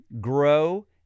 grow